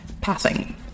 Passing